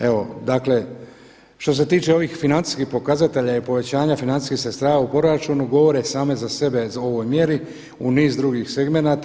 Evo, dakle što se tiče ovih financijskih pokazatelja i povećanja financijskih sredstava u proračunu govore same za sebe u ovoj mjeri u niz drugih segmenata.